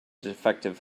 defective